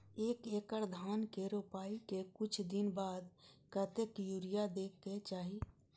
एक एकड़ धान के रोपाई के कुछ दिन बाद कतेक यूरिया दे के चाही?